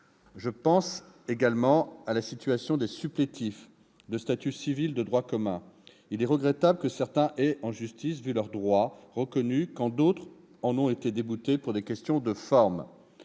Je pense également à la situation des supplétifs de statut civil de droit commun. Il est regrettable que certains aient vu leurs droits reconnus en justice quand d'autres ont été déboutés pour des questions de forme.